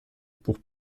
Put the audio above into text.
pour